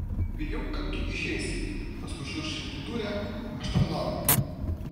bijau kad tu išeisi paskui šiurkščiai pridūrė aš to nenoriu